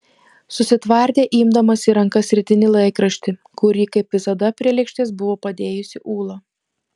susitvardė imdamas į rankas rytinį laikraštį kurį kaip visada prie lėkštės buvo padėjusi ūla